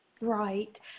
Right